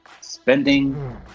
Spending